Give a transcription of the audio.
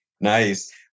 Nice